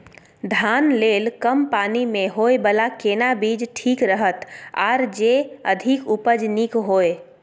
धान लेल कम पानी मे होयबला केना बीज ठीक रहत आर जे अधिक उपज नीक होय?